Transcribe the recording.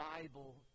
Bible